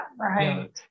Right